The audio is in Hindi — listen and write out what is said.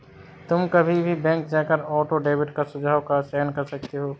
तुम कभी भी बैंक जाकर ऑटो डेबिट का सुझाव का चयन कर सकते हो